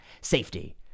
Safety